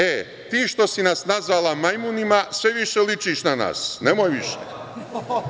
E, ti što si nas nazvala majmunima sve više ličiš na nas, nemoj više.